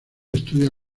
estudia